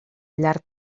llarg